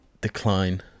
decline